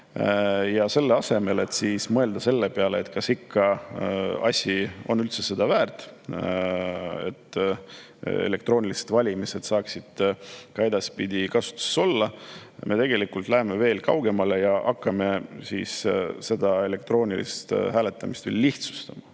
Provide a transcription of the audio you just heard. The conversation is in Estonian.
Selle asemel, et mõelda selle peale, kas asi on ikka seda väärt, et elektroonilised valimised saaksid ka edaspidi kasutuses olla, me läheme veel kaugemale ja hakkame seda elektroonilist hääletamist lihtsustama.